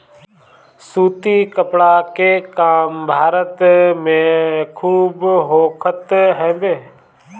सूती कपड़ा के काम भी भारत में खूब होखत हवे